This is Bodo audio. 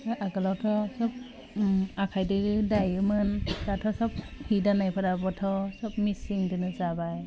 हो आगोलावथ' सोब ओम आखायदोजो दायोमोन दाथ' सब हि दानायफोराबोथ' सब मेचिनदोनो जाबाय